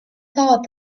thought